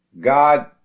God